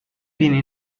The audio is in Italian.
viene